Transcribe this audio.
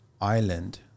island